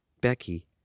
Becky